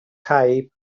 caib